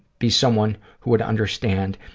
be someone who would understand,